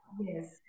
Yes